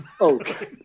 Okay